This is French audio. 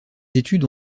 études